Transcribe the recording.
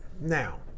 Now